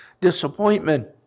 disappointment